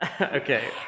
Okay